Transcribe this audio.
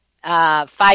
Five